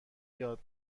یاد